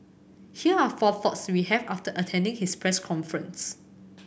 here are four thoughts we have after attending his press conference